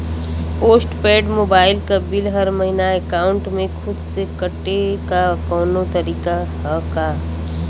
Post paid mobile क bill हर महिना एकाउंट से खुद से कटे क कौनो तरीका ह का?